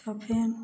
तब फेर